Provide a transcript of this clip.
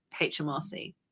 HMRC